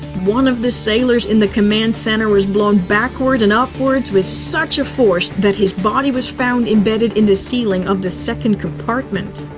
one of the sailors in the command center was blown backward and upwards with such force that his body was found embedded in the ceiling of the second compartment.